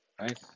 right